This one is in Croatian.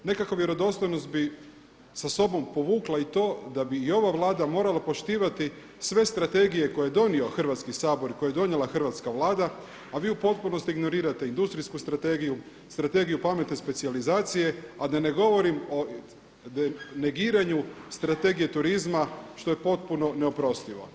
Nekako vjerodostojnost bi sa sobom povukla i to da bi i ova Vlada morala poštivati sve strategije koje je donio Hrvatski sabor i koje je donijela Hrvatska vlada a vi u potpunosti ignorirate industrijsku strategiju, strategiju pametne specijalizacije a da ne govorim o negiranju strategije turizma što je potpuno neoprostivo.